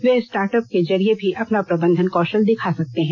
वे startup के जरिए भी अपना प्रबंधन कौशल दिखा सकते हैं